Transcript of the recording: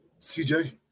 CJ